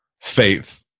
faith